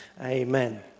amen